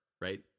right